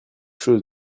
chose